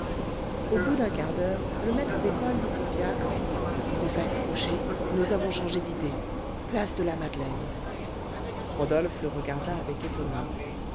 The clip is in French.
au bout d'un quart d'heure le maître d'école dit au fiacre au fait cocher nous avons changé d'idée place de la madeleine rodolphe le regarda avec étonnement